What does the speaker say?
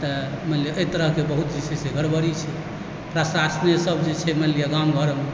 तऽ मानिलिअ एहि तरहके बहुत जे छै से गड़बड़ी छै प्रशासने सब जे छै मानिलिअ गाम घरमे